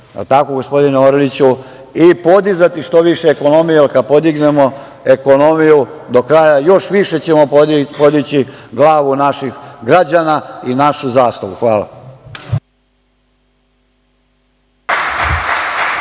tako gospodine Orliću, i podizati što više ekonomiju, jer kad podignemo ekonomiju do kraja, još više ćemo podići glavu naših građana i našu zastavu. Hvala.